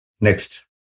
Next